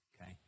okay